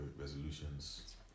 resolutions